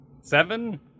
seven